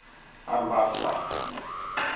ᱟᱨ ᱵᱟᱨ ᱥᱟᱭ